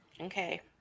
Okay